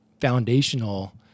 foundational